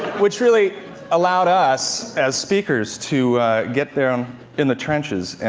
which really allowed us as speakers to get there, um in the trenches,